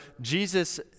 Jesus